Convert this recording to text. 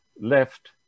left